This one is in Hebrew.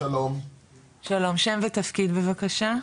שם ותפקיד לפרוטוקול בבקשה.